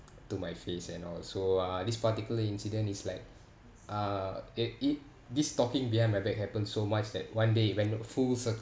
to my face and all so uh this particular incident is like uh it it this talking behind my back happened so much that one day it went full circle